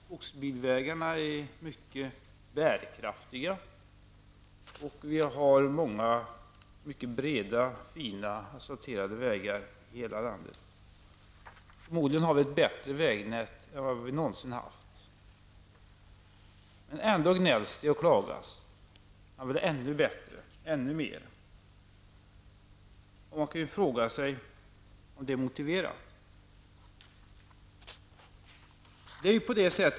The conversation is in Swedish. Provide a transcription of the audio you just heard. Skogsbilvägarna är mycket bärkraftiga, och vi har många mycket breda, fina asfalterade vägar i hela landet. Förmodligen har vi ett bättre vägnät än vad vi någonsin haft. Men ändå gnälls det och klagas. Man vill ha ännu bättre och ännu mer. Man kan ju fråga sig om det är motiverat.